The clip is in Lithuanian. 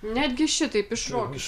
netgi šitaip iš rokišk